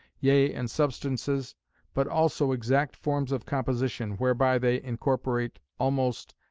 yea and substances but also exact forms of composition, whereby they incorporate almost,